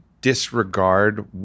disregard